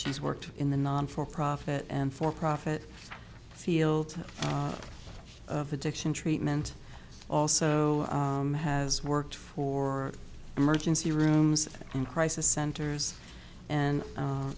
she's worked in the non for profit and for profit field of addiction treatment also has worked for emergency rooms in crisis centers and